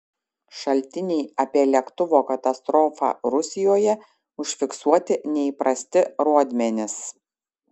šaltiniai apie lėktuvo katastrofą rusijoje užfiksuoti neįprasti rodmenys